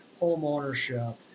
homeownership